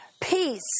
peace